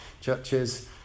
churches